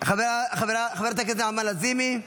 חברת הכנסת נעמה לזימי,